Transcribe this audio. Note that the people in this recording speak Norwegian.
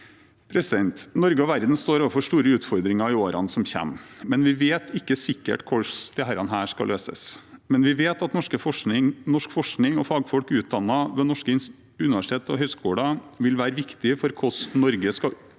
FoU-innsats. Norge og verden står overfor store utfordringer i årene som kommer, men vi vet ikke sikkert hvordan dette skal løses. Vi vet likevel at norsk forskning og fagfolk utdannet ved norske universitet og høyskoler vil være viktige for hvordan Norge skal